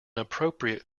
appropriate